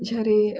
જ્યારે